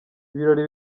ibirori